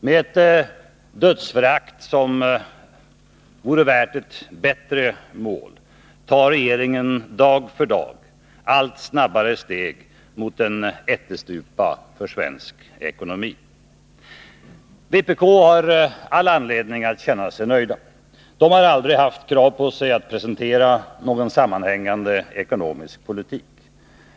Med ett dödsförakt som vore värt ett bättre mål tar regeringen dag för dag allt snabbare steg mot ättestupan för svensk ekonomi. Vpk har all anledning att känna sig nöjda. De har aldrig haft krav på sig att presentera någon sammanhängande ekonomisk politik.